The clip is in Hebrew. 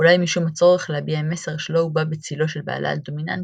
אולי משום הצורך להביע מסר שלא הובע בצילו של בעלה הדומיננטי,